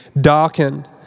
darkened